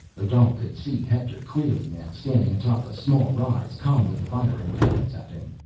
odal could see hector clearly now, standing atop a small rise, calmly firing pellets at him.